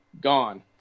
Gone